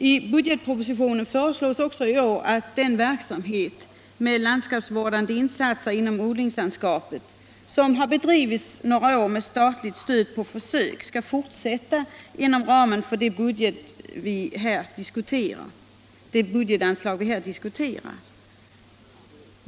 I budgetpropositionen föreslås också i år att den verksamhet med landskapsvårdande insatser inom odlingslandskapet som har bedrivits några år med statligt stöd på försök, skall fortsätta inom ramen för det budgetanslag vi här diskuterar.